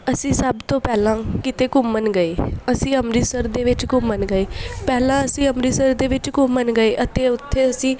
ਅਸੀਂ ਸਭ ਤੋਂ ਪਹਿਲਾਂ ਕਿਤੇ ਘੁੰਮਣ ਗਏ ਅਸੀਂ ਅੰਮ੍ਰਿਤਸਰ ਦੇ ਵਿੱਚ ਘੁੰਮਣ ਗਏ ਪਹਿਲਾਂ ਅਸੀਂ ਅੰਮ੍ਰਿਤਸਰ ਦੇ ਵਿੱਚ ਘੁੰਮਣ ਗਏ ਅਤੇ ਉੱਥੇ ਅਸੀਂ